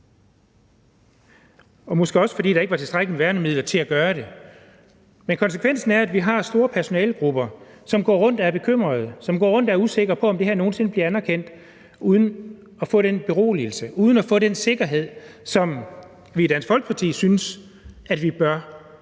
ikke, fordi der ikke var tilstrækkeligt med værnemidler til at gøre det. Men konsekvensen er, at vi har store personalegrupper, som går rundt og er bekymrede, som går rundt og er usikre på, om det her nogen sinde bliver anerkendt som en arbejdsskade – uden at få den beroligelse, uden at få den sikkerhed, som vi i Dansk Folkeparti synes at vi bør